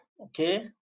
okay